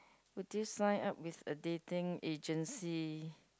would you sign up with a dating agency